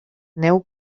neu